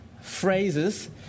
phrases